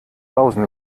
sausen